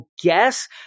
guess